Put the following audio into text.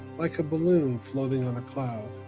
like a balloon floating on a cloud